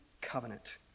covenant